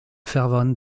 fervent